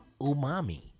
umami